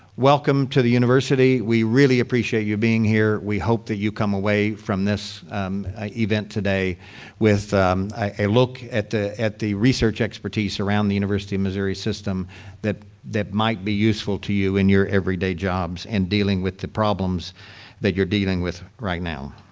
welcome to the university. we really appreciate you being here. we hope that you come away from this event today with a look at the at the research expertise around the university of missouri system that that might be useful to you in your everyday jobs in dealing with the problems that you're dealing with right now.